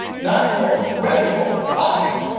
not most revenue, most profit.